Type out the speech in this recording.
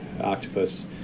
octopus